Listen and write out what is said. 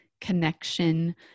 connection